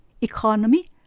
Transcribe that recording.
economy